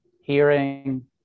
hearing